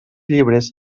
llibres